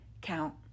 count